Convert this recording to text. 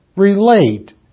relate